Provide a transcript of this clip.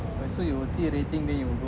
oh so you will see the rating then you